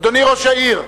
אדוני ראש העיר,